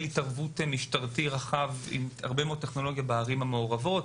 התערבות משטרתי רחב עם הרבה מאוד טכנולוגיה בערים המעורבות.